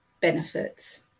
benefits